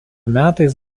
metais